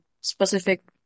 specific